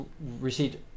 received